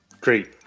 great